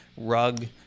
rug